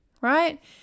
right